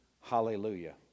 hallelujah